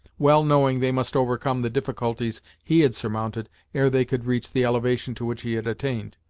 well knowing they must overcome the difficulties he had surmounted ere they could reach the elevation to which he had attained.